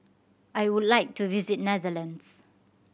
I would like to visit Netherlands